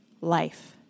life